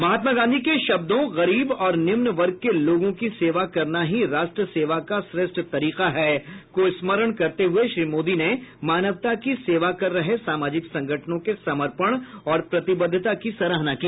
महात्मा गांधी के शब्दों गरीब और निम्न वर्ग के लोगों की सेवा करना ही राष्ट्र सेवा का श्रेष्ठ तरीका है को स्मरण करते हुए श्री मोदी ने मानवता की सेवा कर रहे सामाजिक संगठनों के समर्पण और प्रतिबद्धता की सराहना की